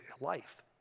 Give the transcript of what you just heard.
life